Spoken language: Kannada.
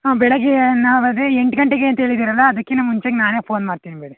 ಹಾಂ ಬೆಳಿಗ್ಗೆ ನಾವು ಅದೇ ಎಂಟು ಗಂಟೆಗೆ ಅಂತ ಹೇಳಿದ್ದೀರಲ್ಲ ಅದಕ್ಕಿಂತ ಮುಂಚೆಗೆ ನಾನೇ ಫೋನ್ ಮಾಡ್ತೀನಿ ಬಿಡಿ